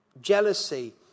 jealousy